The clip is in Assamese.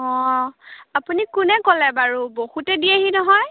অঁ আপুনি কোনে ক'লে বাৰু বহুতে দিয়েহি নহয়